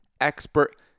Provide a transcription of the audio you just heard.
expert